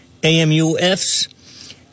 AMUFs